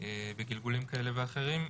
בגלגולים כאלה ואחרים.